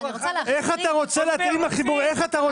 לפי הביגוד?